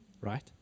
Right